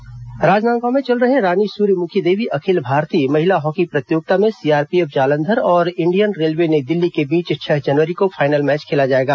hockey Rajnandgaon में चल रहे रानी सूर्यमुखी देवी अखिल भारतीय महिला हॉकी प्रतियोगिता में सीआरपीएफ जालंधर और इंडियन रेलवे नई दिल्ली के बीच छह जनवरी को फाइनल मैच खेला जाएगा